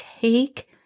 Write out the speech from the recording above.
take